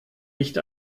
nicht